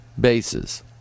bases